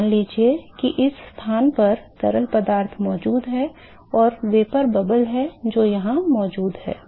मान लीजिए कि इस स्थान पर तरल पदार्थ मौजूद है और वाष्प बुलबुला है जो यहां मौजूद है